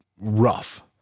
rough